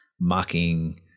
mocking